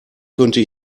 könnte